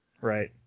right